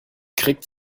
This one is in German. kriegt